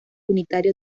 unitario